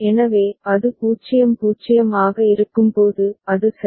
எனவே அது 0 0 ஆக இருக்கும்போது அது சரி